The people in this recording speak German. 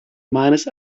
meines